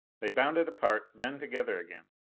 they bounded apart, then together again.